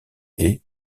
est